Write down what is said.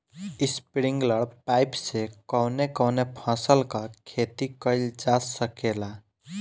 Sprinkler pipe से कवने कवने फसल क खेती कइल जा सकेला?